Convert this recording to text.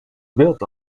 built